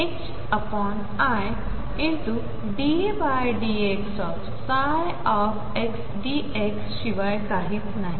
तर pαα हे ∫iddxψ dx शिवाय काहीच नाही